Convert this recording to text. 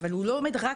הוא לומד?